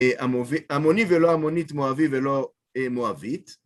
עמוני ולא עמונית, מואבי ולא מואבית.